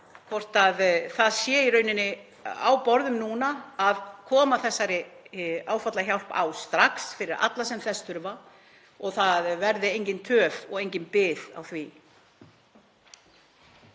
hvort það sé í rauninni á borðum núna að koma þessari áfallahjálp á strax fyrir alla sem þess þurfa og það verði engin töf og engin bið á því.